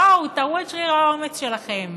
בואו, תראו את שריר האומץ שלכם.